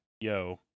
yo